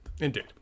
Indeed